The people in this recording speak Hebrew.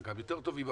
חלקם יותר טובים,